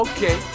Okay